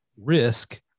risk